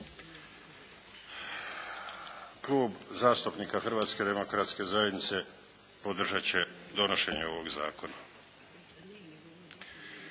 Klub zastupnika Hrvatske demokratske zajednice podržat će donošenje ovog Zakona.